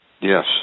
Yes